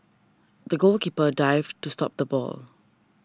the goalkeeper dived to stop the ball